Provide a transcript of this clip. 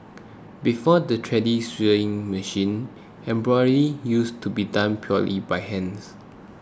before the treadle sewing machine embroidery used to be done purely by hand